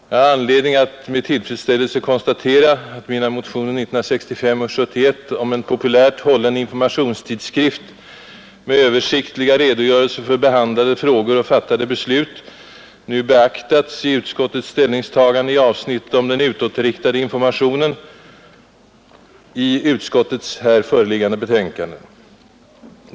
Jag har anledning att med tillfredsställelse konstatera att mina motioner åren 1965 och 1971 om en populärt hållen informationstidskrift med översiktliga redogörelser för behandlade frågor och fattade beslut nu positivt beaktats i utskottets ställningstagande i avsnittet om den utårtiktade informationen i utskottets här föreliggande betänkande.